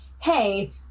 Hey